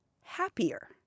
happier